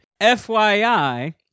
FYI